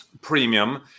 premium